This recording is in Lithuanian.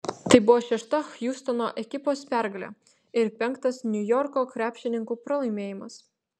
tai buvo šešta hjustono ekipos pergalė ir penktas niujorko krepšininkų pralaimėjimas